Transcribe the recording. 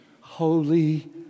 Holy